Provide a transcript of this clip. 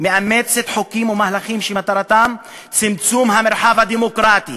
מאמצת חוקים ומהלכים שמטרתם צמצום המרחב הדמוקרטי